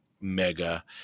mega